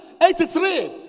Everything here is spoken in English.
eighty-three